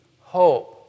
hope